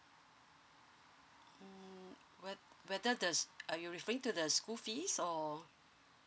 mm whe~ whether does are you referring to the school fees or